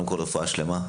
קודם כל, רפואה שלמה.